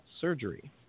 Surgery